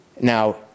Now